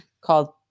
Called